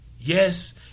yes